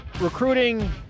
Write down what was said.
recruiting